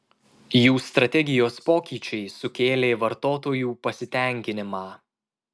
jų strategijos pokyčiai sukėlė vartotojų pasitenkinimą